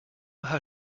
how